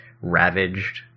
ravaged